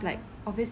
ya